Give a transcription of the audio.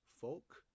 folk